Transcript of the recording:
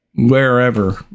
Wherever